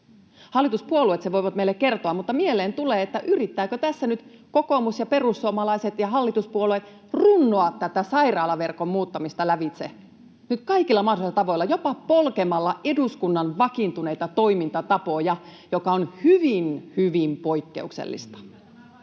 Hallituspuolueet sen voivat meille kertoa, mutta mieleen tulee, yrittävätkö tässä nyt kokoomus ja perussuomalaiset ja hallituspuolueet runnoa tätä sairaalaverkon muuttamista lävitse kaikilla mahdollisilla tavoilla, jopa polkemalla eduskunnan vakiintuneita toimintatapoja, [Eduskunnasta: